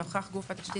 נוכח גוף התשתית,